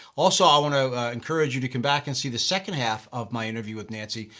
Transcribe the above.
also i want to encourage you to come back and see the second half of my interview with nancy.